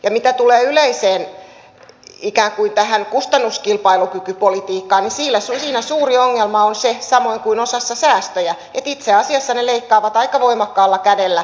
ja mitä tulee yleiseen ikään kuin kustannuskilpailukykypolitiikkaan niin siinä suuri ongelma on se samoin kuin osassa säästöjä että itse asiassa se leikkaa aika voimakkaalla kädellä kuntien verotuloja